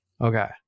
Okay